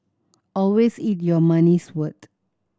always eat your money's worth